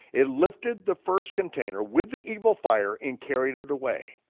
it lifted the first container with the evil fire and carried it away.